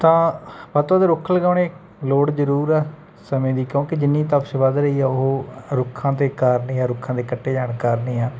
ਤਾਂ ਵੱਧ ਤੋਂ ਵੱਧ ਰੁੱਖ ਲਗਾਉਣੇ ਲੋੜ ਜ਼ਰੂਰ ਹੈ ਸਮੇਂ ਦੀ ਕਿਉਂਕਿ ਜਿੰਨੀ ਤਪਸ਼ ਵੱਧ ਰਹੀ ਹੈ ਉਹ ਰੁੱਖਾਂ ਦੇ ਕਾਰਨ ਜਾਂ ਰੁੱਖਾਂ ਦੇ ਕੱਟੇ ਜਾਣ ਕਾਰਨ ਹੀ ਆ